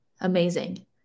amazing